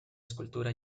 escultura